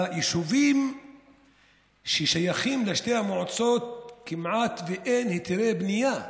ביישובים ששייכים לשתי המועצות כמעט שאין היתרי בנייה,